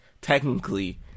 technically